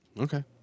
Okay